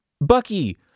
Bucky